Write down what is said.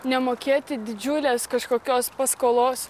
nemokėti didžiulės kažkokios paskolos